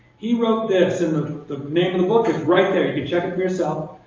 he wrote this. and the the name of the book is right there. you can check it for yourself.